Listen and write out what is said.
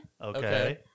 okay